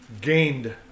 gained